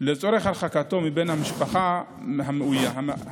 לצורך הרחקתו מבן מהמשפחה המאוים.